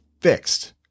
fixed